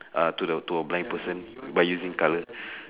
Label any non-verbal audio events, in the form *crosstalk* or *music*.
uh to the to a blind person by using colour *breath*